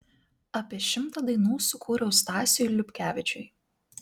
apie šimtą dainų sukūriau stasiui liupkevičiui